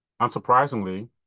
Unsurprisingly